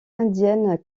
indienne